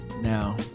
Now